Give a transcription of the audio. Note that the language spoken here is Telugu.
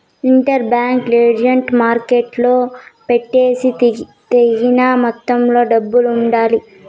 ఇంటర్ బ్యాంక్ లెండింగ్ మార్కెట్టులో పెట్టేకి తగిన మొత్తంలో డబ్బులు ఉండాలి